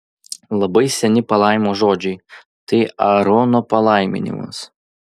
labai seni palaimos žodžiai tai aarono palaiminimas